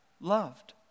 loved